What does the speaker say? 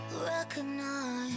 recognize